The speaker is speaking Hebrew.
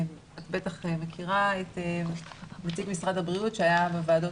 את בטח מכירה את נציג משרד הבריאות שהיה בוועדות